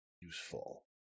useful